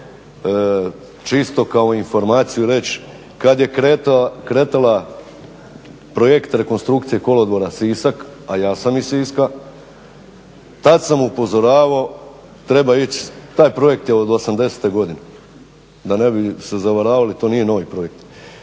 čisto kao informaciju reć, kad je kretala projekt rekonstrukcije kolodvora Sisak a ja sam iz Siska tad sam upozoravao, treba ić, taj projekt je od 80-godine, da ne bi se zavaravali, to nije novi projekt.